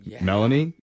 Melanie